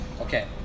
okay